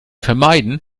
vermeiden